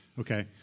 Okay